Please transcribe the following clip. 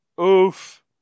Oof